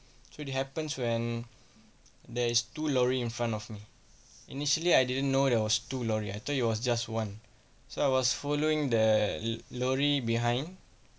so it happens when there is two lorry in front of me initially I didn't know there was two lorry I thought it was just one so I was following the lorry behind